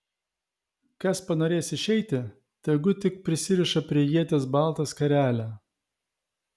kas panorės išeiti tegu tik prisiriša prie ieties baltą skarelę